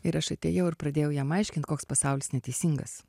ir aš atėjau ir pradėjau jam aiškint koks pasaulis neteisingas